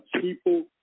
people